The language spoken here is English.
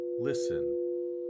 listen